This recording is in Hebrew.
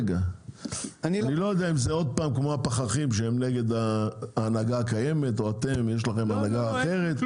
זה עוד פעם כמו הפחחים שהם נגד ההנהגה הקיימת או שלכם יש הנהגה אחרת,